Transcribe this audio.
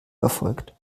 erfolgt